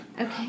Okay